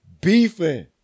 beefing